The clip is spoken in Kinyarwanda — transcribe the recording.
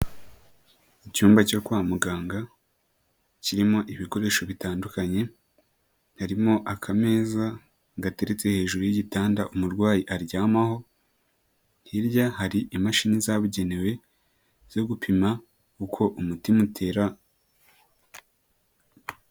Icyumba cyo kwa muganga kirimo ibikoresho bitandukanye, harimo akameza gateretse hejuru y'igitanda umurwayi aryamaho, hirya hari imashini zabugenewe zo gupima uko umutima utera.